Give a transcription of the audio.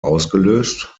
ausgelöst